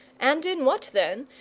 and in what, then,